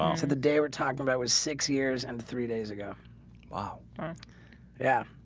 ah the day. we're talking about was six years and three days ago wow yeah